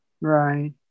Right